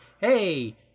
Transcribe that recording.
hey